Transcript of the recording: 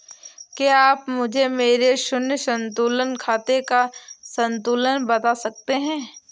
क्या आप मुझे मेरे शून्य संतुलन खाते का संतुलन बता सकते हैं?